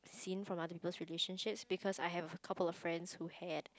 seen from other people relationships because I have a couple of friends who had